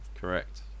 correct